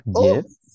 Yes